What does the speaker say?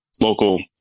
local